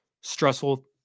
stressful